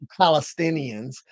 Palestinians